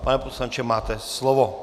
Pane poslanče, máte slovo.